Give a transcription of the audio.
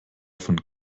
von